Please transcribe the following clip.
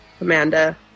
Amanda